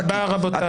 תודה רבה, רבותיי.